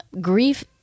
grief